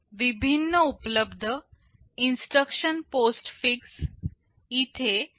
विभिन्न उपलब्ध instruction postfix इथे दाखवले आहेत